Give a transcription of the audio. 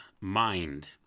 mind